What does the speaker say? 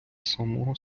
самого